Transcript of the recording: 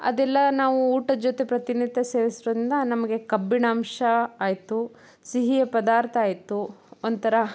ಅದೆಲ್ಲ ನಾವು ಊಟದ ಜೊತೆ ಪ್ರತಿನಿತ್ಯ ಸೇವಿಸೋದ್ರಿಂದ ನಮಗೆ ಕಬ್ಬಿಣಾಂಶ ಆಯಿತು ಸಿಹಿಯ ಪದಾರ್ಥ ಆಯಿತು ಒಂಥರ